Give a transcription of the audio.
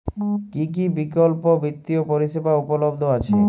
কী কী বিকল্প বিত্তীয় পরিষেবা উপলব্ধ আছে?